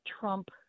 Trump